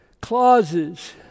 clauses